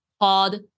called